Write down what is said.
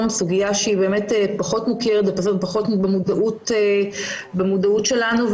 סוגיה שהיא באמת פחות מוכרת ופחות במודעות שלנו.